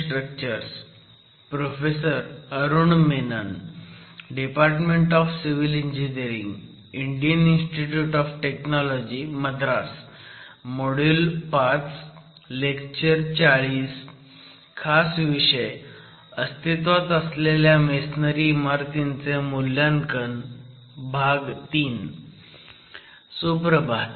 सुप्रभात